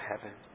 heaven